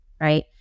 right